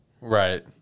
Right